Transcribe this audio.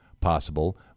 possible